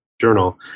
journal